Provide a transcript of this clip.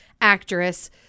actress